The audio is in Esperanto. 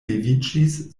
leviĝis